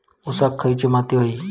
ऊसाक खयली माती व्हयी?